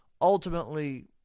ultimately